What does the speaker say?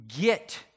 get